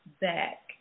back